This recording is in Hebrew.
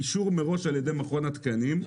אישור מראש על ידי מכון התקנים,